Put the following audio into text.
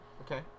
Okay